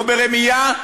לא ברמייה,